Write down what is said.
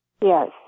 Yes